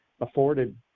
afforded